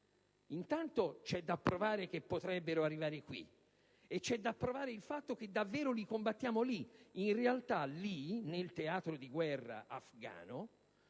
Intanto, c'è da provare che potrebbero arrivare qui e c'è da provare il fatto che davvero li combattiamo lì. In realtà lì, nel teatro di guerra afgano,